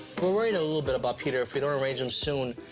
we're worried a little bit about peter, if we don't arrange him soon,